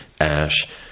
ash